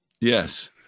Yes